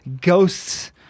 ghosts